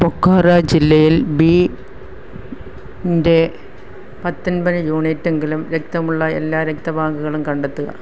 ബൊക്കാറോ ജില്ലയിൽ ബി ൻ്റെ പത്തൊൻപത് യൂണിറ്റെങ്കിലും രക്തമുള്ള എല്ലാ രക്തബാങ്കുകളും കണ്ടെത്തുക